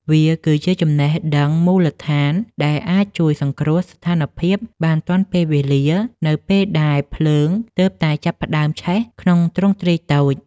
វាគឺជាចំណេះដឹងមូលដ្ឋានដែលអាចជួយសង្គ្រោះស្ថានភាពបានទាន់ពេលវេលា នៅពេលដែលភ្លើងទើបតែចាប់ផ្ដើមឆេះក្នុងទ្រង់ទ្រាយតូច។